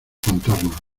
contarnos